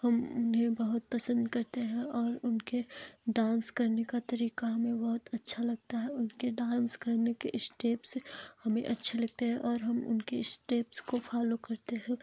हम उन्हें बहुत पसंद करते है और उनके डांस करने का तरीका हमें बहुत अच्छा लगता है उनके डांस करने के स्टेप्स हमें अच्छे लगते हैं और हम उनके स्टेप्स को फॉलो करते हैं